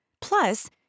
Plus